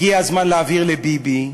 הגיע הזמן להבהיר לביבי: